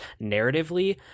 narratively